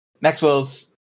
Maxwell's